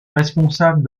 responsable